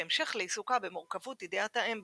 כהמשך לעיסוקה במורכבות 'אידאת האם',